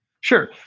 Sure